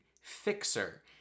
fixer